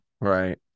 Right